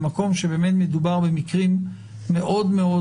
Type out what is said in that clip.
במקום שבאמת מדובר במקרים מאוד מאוד